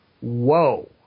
whoa